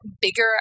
bigger